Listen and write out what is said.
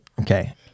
Okay